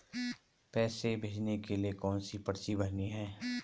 पैसे भेजने के लिए कौनसी पर्ची भरनी है?